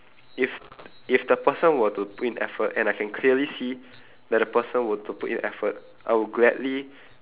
if if the person were to put in effort and I can clearly see that the person were to put in effort I would gladly